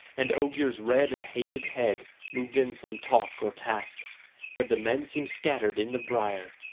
and ogier's red and hated head moved in some talk or task but the men seemed scattered in the brier,